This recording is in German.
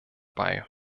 bei